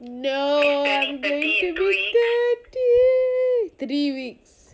no I'm going to be thirty three weeks